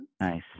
Nice